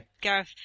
Gareth